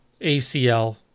ACL